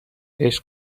عشق